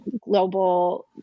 global